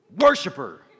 worshiper